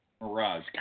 Mirage